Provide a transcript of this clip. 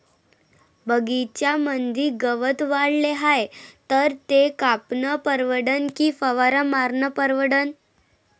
बगीच्यामंदी गवत वाढले हाये तर ते कापनं परवडन की फवारा मारनं परवडन?